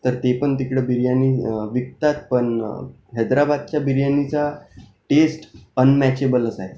तर ते पण तिकडे बिर्याणी विकतात पण हैद्राबादच्या बिर्याणीचा टेस्ट अन्मॅचेबलच आहे